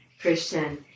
Christian